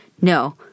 No